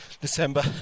December